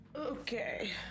Okay